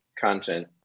content